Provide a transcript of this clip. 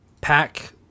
pack